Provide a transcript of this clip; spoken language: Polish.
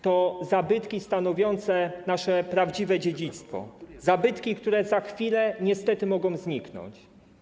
To zabytki stanowiące nasze prawdziwe dziedzictwo, zabytki, które za chwilę niestety mogą zniknąć.